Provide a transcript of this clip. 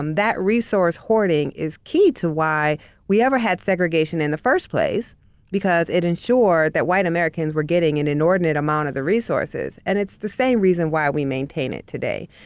um that resource hoarding is key to why we ever had segregation in the first place because it ensured that white americans were getting an inordinate amount of the resources. and it's the same reason why we maintain it today.